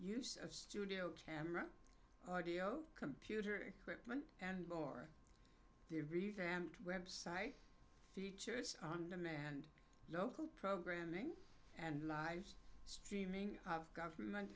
of studio camera audio computer equipment and for the revamped website features on demand local programming and lives streaming of government